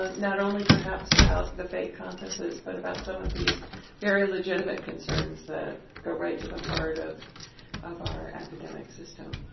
ah not only, perhaps, about the fake conferences but about some of these very legitimate concerns that go right to the heart of of our academic system.